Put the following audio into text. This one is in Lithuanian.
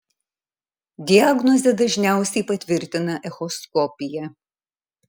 diagnozę dažniausiai patvirtina echoskopija